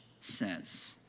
says